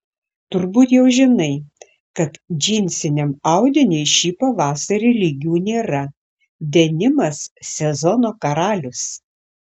turbūt jau žinai kad džinsiniam audiniui šį pavasarį lygių nėra denimas sezono karalius